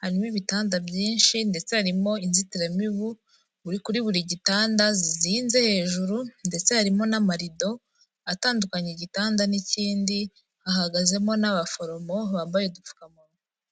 harimo ibitanda byinshi ndetse harimo inzitiramibu kuri buri gitanda zizinze hejuru ndetse harimo n'amarido atandukanya igitanda n'ikindi, hahagazemo n'abaforomo bambaye udupfukamunwa.